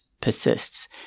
persists